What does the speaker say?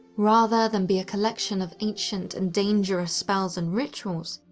rather than be a collection of ancient and dangerous spells and rituals,